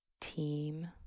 team